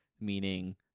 meaning